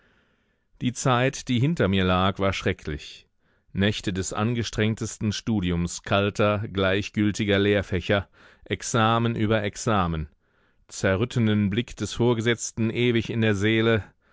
die zeit die hinter mir lag war schrecklich nächte des angestrengtesten studiums kalter gleichgültiger lehrfächer examen über examen zerrüttenden blick des vorgesetzten ewig in der seele